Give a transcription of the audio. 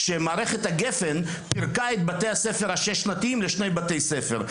מערכת הגפ"ן פירקה את בתי הספר השש-שנתיים לשני בתי ספר: